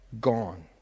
gone